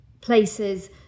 places